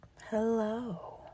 Hello